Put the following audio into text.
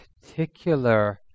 particular